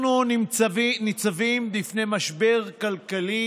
אנחנו ניצבים בפני משבר כלכלי,